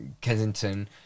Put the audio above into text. Kensington